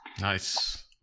Nice